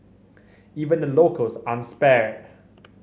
even the locals aren't spared